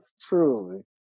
truly